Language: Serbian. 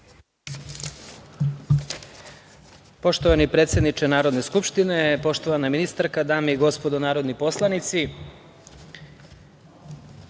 Poštovani predsedniče Narodne skupštine, poštovana ministarka, dame i gospodo narodni poslanici,